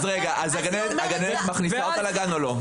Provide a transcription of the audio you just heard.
במקרה כזה הגננת מכניסה אותה בבוקר לגן או לא?